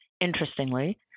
Interestingly